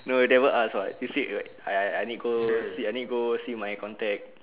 no never ask [what] you said [what] I I need go see I need go see my contact